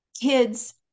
kids